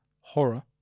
horror